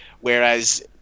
whereas